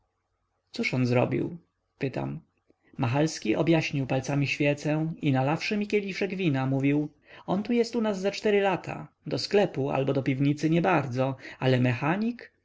cóż on zrobił pytam machalski objaśnił palcami świecę i nalawszy mi kieliszek wina mówił on tu jest u nas ze cztery lata do sklepu albo do piwnicy nie bardzo ale mechanik